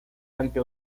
ante